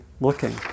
looking